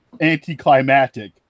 anticlimactic